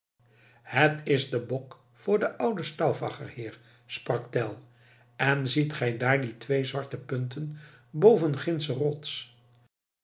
het is de bok voor den ouden stauffacher heer sprak tell en ziet gij daar die twee zwarte punten boven gindsche rots